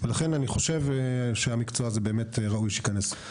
לכן אני חושב שהמקצוע הזה באמת ראוי שייכנס.